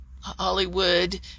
Hollywood